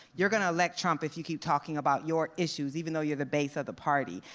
you're going to elect trump if you keep talking about your issues even though you're the base of the party.